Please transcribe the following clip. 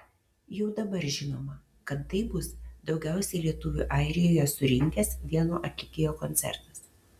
jau dabar žinoma kad tai bus daugiausiai lietuvių airijoje surinkęs vieno atlikėjo koncertas